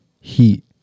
Heat